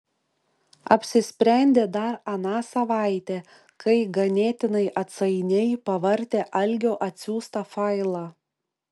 apsisprendė dar aną savaitę kai ganėtinai atsainiai pavartė algio atsiųstą failą